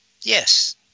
Yes